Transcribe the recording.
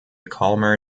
calmer